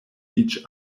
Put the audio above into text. each